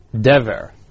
Dever